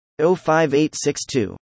05862